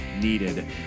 needed